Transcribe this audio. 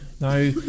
now